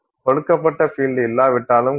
கொடுக்கப்பட்ட பீல்டு இல்லாவிட்டாலும் கூட